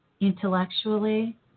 intellectually